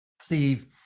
Steve